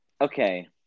okay